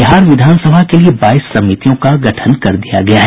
बिहार विधानसभा के लिए बाईस समितियों का गठन कर दिया गया है